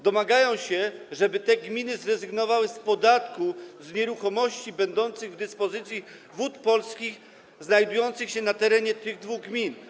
Domagają się w niej, żeby gminy te zrezygnowały z podatku z nieruchomości będących w dyspozycji Wód Polskich a znajdujących się na terenie tych dwóch gmin.